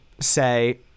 say